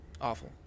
Awful